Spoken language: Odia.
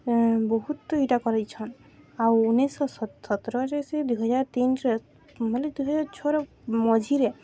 ବହୁତ୍ଟେ ଇଟା କରେଇଛନ୍ ଆଉ ଉଣେଇଶହ ସତ୍ରରେ ଯାଇ ସେ ଦୁଇ ହଜାର ତିନ୍ରେ ବଏଲେ ଦୁଇ ହଜାର ଛଅର ମଝିରେ